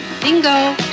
Bingo